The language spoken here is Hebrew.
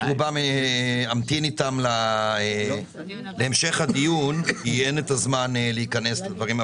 עם רובם אמתין להמשך הדיון כי אין את הזמן להיכנס לדברים.